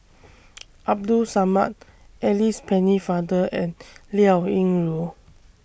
Abdul Samad Alice Pennefather and Liao Yingru